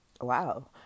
Wow